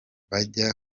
bajye